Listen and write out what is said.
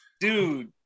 dude